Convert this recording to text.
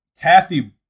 Kathy